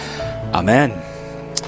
amen